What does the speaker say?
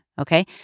Okay